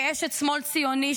כאשת שמאל ציוני,